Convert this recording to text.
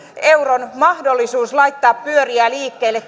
euron mahdollisuus laittaa pyöriä liikkeelle